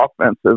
offensive